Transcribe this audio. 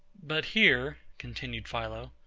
but here, continued philo,